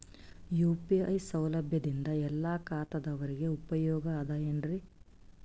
UPI ಸೌಲಭ್ಯದಿಂದ ಎಲ್ಲಾ ಖಾತಾದಾವರಿಗ ಉಪಯೋಗ ಅದ ಏನ್ರಿ?